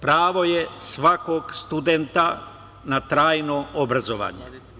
Pravo je svakog studenta na trajno obrazovanje.